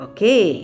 Okay